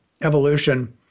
evolution